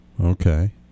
Okay